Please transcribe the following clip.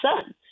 son